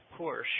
Porsche